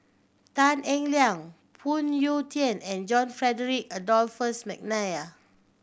Tan Eng Liang Phoon Yew Tien and John Frederick Adolphus McNair